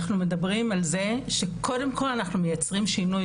אנחנו מדברים על זה שקודם כל אנחנו מייצרים שינוי,